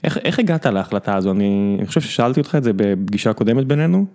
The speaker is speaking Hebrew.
איך הגעת להחלטה הזו? אני חושב ששאלתי אותך את זה בפגישה הקודמת בינינו.